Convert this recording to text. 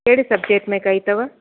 कहिड़े सब्जेक्ट में कई अथव